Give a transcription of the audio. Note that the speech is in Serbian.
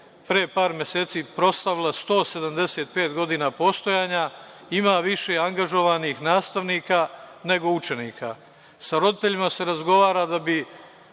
pre par meseci proslavila 175 godina postojanja, ima više angažovanih nastavnika nego učenika. Sa roditeljima se razgovara da bi